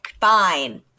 fine